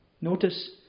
Notice